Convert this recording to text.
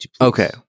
Okay